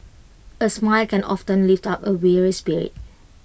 A smile can often lift up A weary spirit